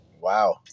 Wow